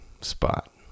spot